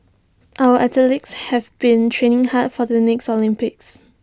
our athletes have been training hard for the next Olympics